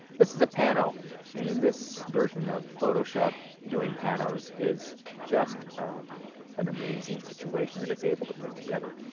this is a pano and in this version of photoshop doing panos is just an amazing situation that it's able to put together.